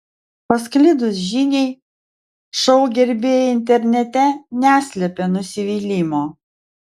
pasklidus žiniai šou gerbėjai internete neslepia nusivylimo